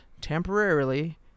temporarily